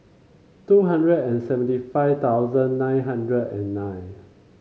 two hundred seventy five thousand nine hundred and nine